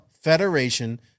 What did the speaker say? federation